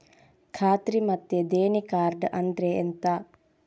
ಖಾತ್ರಿ ಮತ್ತೆ ದೇಣಿ ಕಾರ್ಡ್ ಅಂದ್ರೆ ಎಂತ?